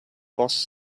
boss